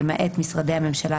למעט משרדי הממשלה,